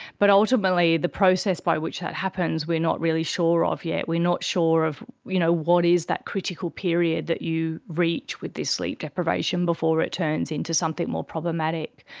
but ultimately the process by which that happens, we are not really sure of yet, we're not sure of you know what is that critical period that you reach with this sleep deprivation before it turns into something more problematic.